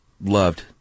loved